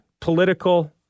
political